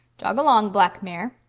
jog along, black mare.